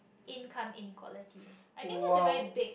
income inequality I think that is very big